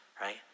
right